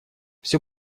все